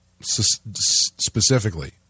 specifically